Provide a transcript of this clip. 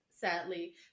sadly